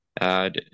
add